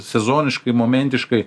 sezoniškai momentiškai